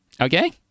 okay